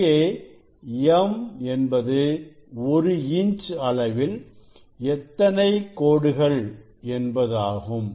இங்கே m என்பது ஒரு இன்ச் அளவில் எத்தனை கோடுகள் என்பதாகும்